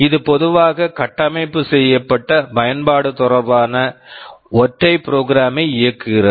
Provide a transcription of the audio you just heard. இது பொதுவாக கட்டமைப்பு செய்யப்பட்ட பயன்பாடு தொடர்பான ஒற்றை ப்ரோக்ராம் program ஐ இயக்குகிறது